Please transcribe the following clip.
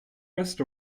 rest